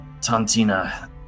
Tantina